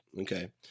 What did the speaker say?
okay